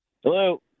Hello